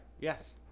yes